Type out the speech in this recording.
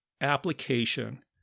application